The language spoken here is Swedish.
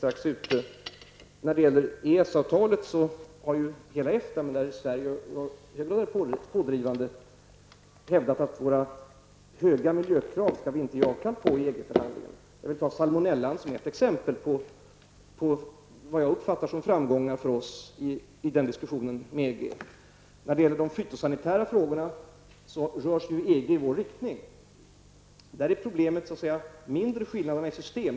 Slutligen när det gäller EES-avtalet har ju hela EFTA, och där är ju Sverige i hög grad pådrivande, hävdat att våra höga miljökrav skall vi inte ge avkall på i EG-förhandlingarna. Jag vill ta salmonellan som exempel på vad jag uppfattar som framgångar för oss i den diskussionen med EG. EG rör sig ju i vår riktning när det gäller de fytosanitära frågorna. Där är inte problemet skillnaderna i system.